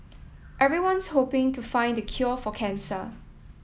everyone's hoping to find the cure for cancer